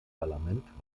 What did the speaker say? parlament